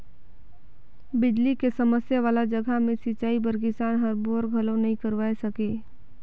बिजली के समस्या वाला जघा मे सिंचई बर किसान हर बोर घलो नइ करवाये सके